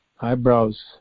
Eyebrows